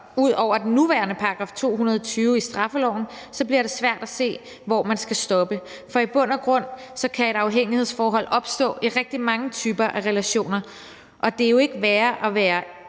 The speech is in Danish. ud over den nuværende § 220 i straffeloven, bliver det svært at se, hvor man skal stoppe. For i bund og grund kan et afhængighedsforhold opstå i rigtig mange typer af relationer, og det er jo ikke værre at være